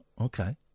Okay